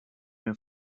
mehr